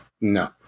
No